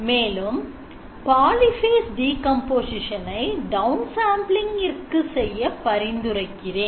மேலும் polyphase decomposition ஐ downsampling இருக்கு செய்ய பரிந்துரைக்கிறேன்